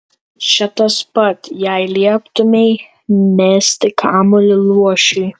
čia tas pat jei lieptumei mesti kamuolį luošiui